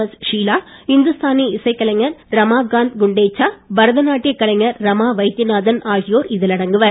S Sheela Hindustani இசைக் கலைஞர் ரமாகாந்த் குண்டேச்சா பரதநாட்டிய கலைஞர் ரமா வைத்தியநாதன் ஆகியோர் இதில் அடங்குவர்